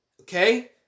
Okay